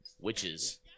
witches